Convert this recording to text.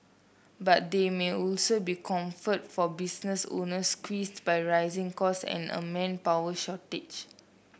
but there may also be comfort for business owners squeezed by rising cost and a manpower shortage